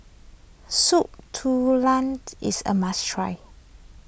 Soup Tulang is a must try